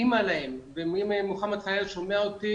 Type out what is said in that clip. התאימה להם, ואם מוחמד שומע אותי,